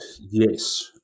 yes